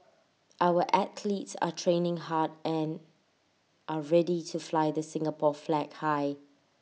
our athletes are training hard and are ready to fly the Singapore flag high